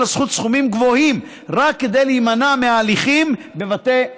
הזכות סכומים גבוהים רק כדי להימנע מהליכים בבתי משפט,